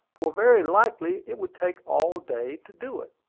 for very likely it would take all day to do it.